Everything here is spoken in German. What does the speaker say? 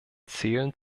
zählen